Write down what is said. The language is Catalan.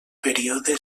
període